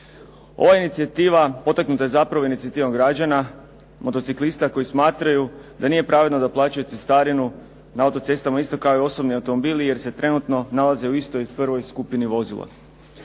Ova inicijativa potaknuta je zapravo inicijativom građana, motociklista, koji smatraju da nije pravedno da plaćaju cestarinu na autocestama isto kao osobni automobili jer se trenutno nalaze u istoj prvoj skupini vozila.